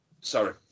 Sorry